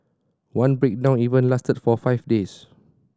one breakdown even lasted for five days